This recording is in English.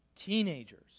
teenagers